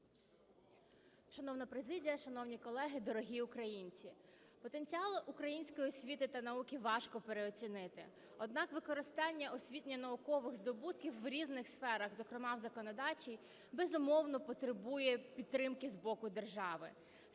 Шановна президія, шановні колеги, дорогі українці! Потенціал української освіти та науки важко переоцінити. Однак використання освітньо-наукових здобутків у різних сферах, зокрема в законодавчій, безумовно, потребує підтримки з боку держави.